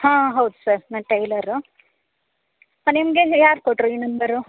ಹಾಂ ಹೌದು ಸರ್ ನಾ ಟೈಲರ್ ಹಾಂ ನಿಮಗೆ ಯಾರು ಕೊಟ್ಟರು ಈ ನಂಬರು